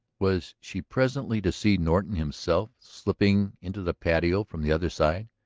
was she presently to see norton himself slipping into the patio from the other side,